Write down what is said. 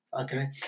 okay